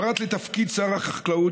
פרט לתפקיד שר החקלאות,